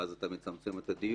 ואז אתה מצמצם את הדיון,